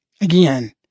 Again